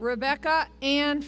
rebecca and